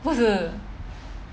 不是